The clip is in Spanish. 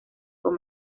con